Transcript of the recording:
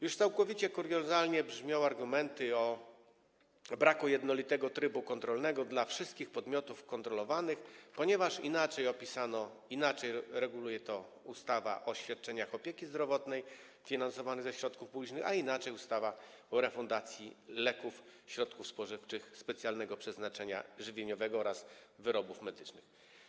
Już całkowicie kuriozalnie brzmią argumenty o braku jednolitego trybu kontrolnego dla wszystkich podmiotów kontrolowanych, ponieważ inaczej reguluje to ustawa o świadczeniach opieki zdrowotnej finansowanych ze środków publicznych, a inaczej ustawa o refundacji leków, środków spożywczych specjalnego przeznaczenia żywieniowego oraz wyrobów medycznych.